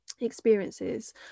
experiences